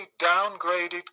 downgraded